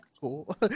Cool